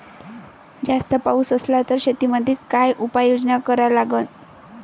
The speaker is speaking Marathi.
जास्त पाऊस असला त शेतीमंदी काय उपाययोजना करा लागन?